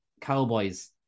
Cowboys